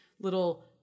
little